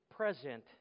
present